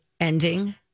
ending